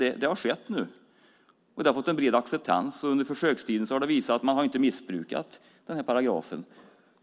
Men nu har det skett och det har fått en bred acceptans. Försökstiden har visat att man inte har missbrukat paragrafen.